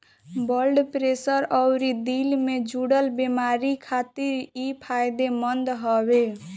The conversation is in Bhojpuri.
ब्लड प्रेशर अउरी दिल से जुड़ल बेमारी खातिर इ फायदेमंद हवे